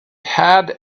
had